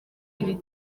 iri